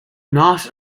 not